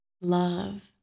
love